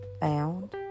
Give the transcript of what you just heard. Found